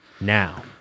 Now